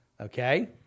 Okay